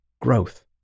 Growth